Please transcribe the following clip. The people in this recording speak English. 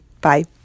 Bye